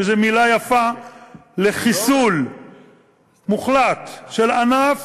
שזו מילה יפה לחיסול מוחלט של ענף